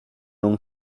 non